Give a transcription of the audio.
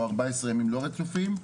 או 14 ימים לא רצופים,